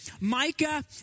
Micah